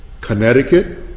Connecticut